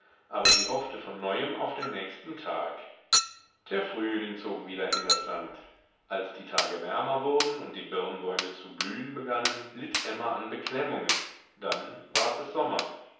aber sie hoffte von neuem auf den nächsten tag der frühling zog wieder in das land als die tage wärmer wurden und die birnbäume zu blühen begannen litt emma an beklemmungen dann ward es sommer